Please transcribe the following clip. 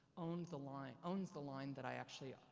owned the line, owns the line that i actually,